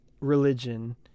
religion